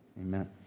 Amen